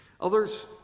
Others